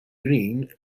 green